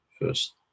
first